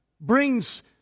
brings